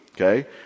Okay